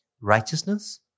righteousness